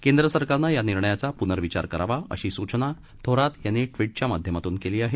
केंद्र सरकारनं या निर्णयाचा पुनर्विचार करावा अशी सूचना थोरात यांनी ट्विटच्या माध्यमातून केली आहे